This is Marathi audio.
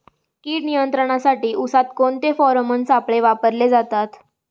कीड नियंत्रणासाठी उसात कोणते फेरोमोन सापळे वापरले जातात?